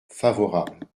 favorable